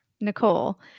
Nicole